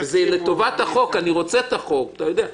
אני רוצה את החוק, אתה יודע.